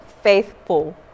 Faithful